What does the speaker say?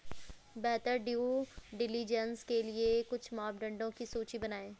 बेहतर due diligence के लिए कुछ मापदंडों की सूची बनाएं?